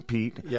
Pete